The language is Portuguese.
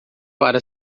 para